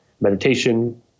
meditation